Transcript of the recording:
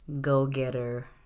go-getter